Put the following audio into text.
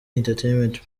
entertainment